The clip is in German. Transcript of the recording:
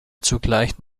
zugleich